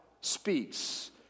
speaks